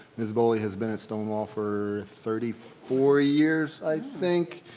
ms. boley has been at stonewall for thirty four years, i think,